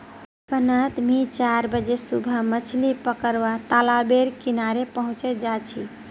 बचपन नोत मि चार बजे सुबह मछली पकरुवा तालाब बेर किनारे पहुचे जा छी